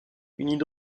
une